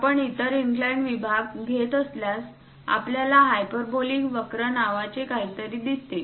आपण इतर इनक्लाइंड विभाग घेत असल्यास आपल्याला हायपरबोलिक वक्र नावाचे काहीतरी दिसते